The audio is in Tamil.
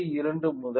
2 முதல் 1